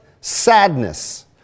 sadness